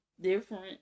different